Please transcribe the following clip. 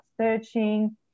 searching